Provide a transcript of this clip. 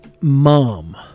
mom